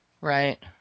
Right